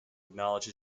acknowledge